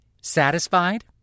Satisfied